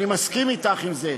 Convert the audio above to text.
אני מסכים אתך בזה,